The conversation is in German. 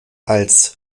als